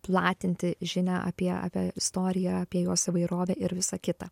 platinti žinią apie apie istoriją apie jos įvairovę ir visa kita